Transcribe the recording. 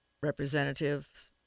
representatives